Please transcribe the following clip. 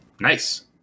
Nice